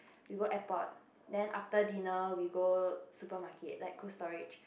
we go airport then after dinner we go supermarket like Cold Storage